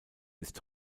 ist